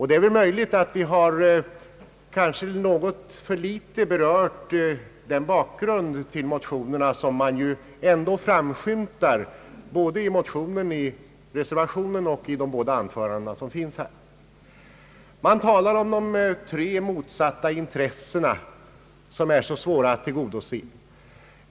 Det är möjligt att vi kanske alltför litet berört den bakgrund till motionerna som ändå framskymtar både i motionerna, reservationen och i de båda anföranden som här hållits. Man talar om de tre motsatta intressena som det är så svårt att tillgodose.